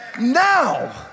Now